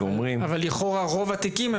נכון, אבל לכאורה רוב התיקים.